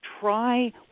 try